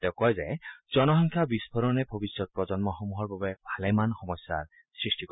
তেওঁ কয় যে জনসংখ্যা বিস্ফোৰণে ভৱিষ্যৎ প্ৰজন্মসমূহৰ বাবে ভালেমান সমস্যাৰ সৃষ্টি কৰিব